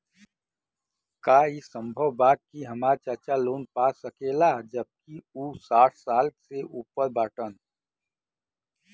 का ई संभव बा कि हमार चाचा लोन पा सकेला जबकि उ साठ साल से ऊपर बाटन?